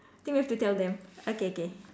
I think we have to tell them okay okay